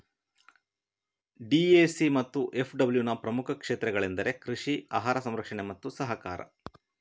DAC ಮತ್ತು ಎಫ್.ಡಬ್ಲ್ಯೂನ ಪ್ರಮುಖ ಕ್ಷೇತ್ರಗಳೆಂದರೆ ಕೃಷಿ, ಆಹಾರ ಸಂರಕ್ಷಣೆ ಮತ್ತು ಸಹಕಾರ